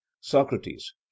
socrates